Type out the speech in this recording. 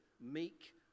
meek